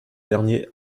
dernier